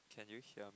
can you hear me